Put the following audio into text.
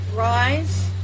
Rise